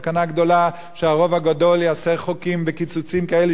שיש סכנה גדולה שהרוב הגדול יעשה חוקים וקיצוצים כאלה,